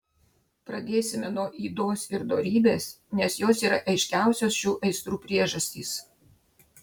pradėsime nuo ydos ir dorybės nes jos yra aiškiausios šių aistrų priežastys